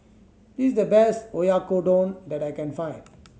this is the best Oyakodon that I can find